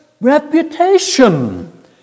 reputation